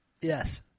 Yes